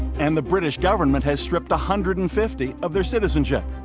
and the british government has stripped hundred and fifty of their citizenship.